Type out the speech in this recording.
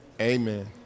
Amen